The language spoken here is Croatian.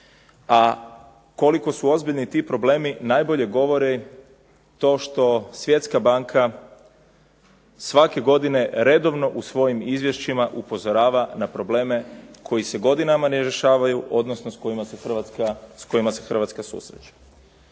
a koliko su ozbiljni ti problemi najbolje govori to što Svjetska banka svake godine redovno u svojim izvješćima upozorava na probleme koji se godinama ne rješavaju, odnosno s kojima se Hrvatska susreće.